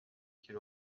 qu’il